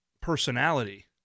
personality